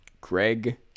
Greg